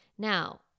Now